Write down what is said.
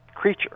creature